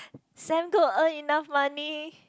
Sam go and earn enough money